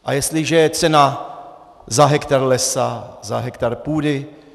A jestliže cena za hektar lesa, za hektar půdy...